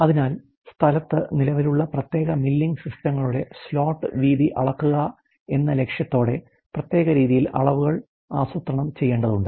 അതിനാൽ സ്ഥലത്ത് നിലവിലുള്ള പ്രത്യേക മില്ലിംഗ് സിസ്റ്റങ്ങളുടെ സ്ലോട്ട് വീതി അളക്കുക എന്ന ലക്ഷ്യത്തോടെ പ്രത്യേക രീതിയിൽ അളവുകൾ ആസൂത്രണം ചെയ്യേണ്ടതുണ്ട്